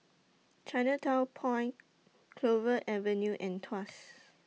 Chinatown Point Clover Avenue and Tuas